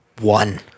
one